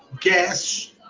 gas